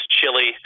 chili